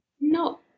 no